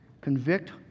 convict